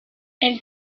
elle